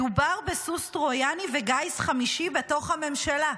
מדובר בסוס טרויאני וגיס חמישי בתוך הממשלה,